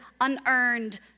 unearned